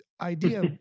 idea